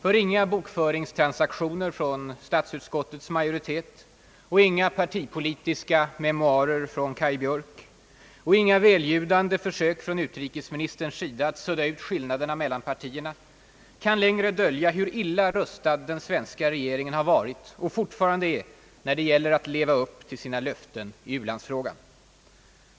Ty inga bokföringstransaktioner från statsutskottets majoritet, inga partipolitiska memoarer från Kaj Björk och inga välljudande försök från utrikesministerns sida att sudda ut skillnaden mellan partierna kan längre dölja, hur illa rustad den svenska regeringen har varit och fortfarande är när det gäller att leva upp till sina löften i u-landsfrågan.